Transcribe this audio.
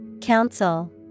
Council